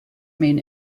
main